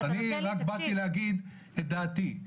אני באתי להגיד את דעתי,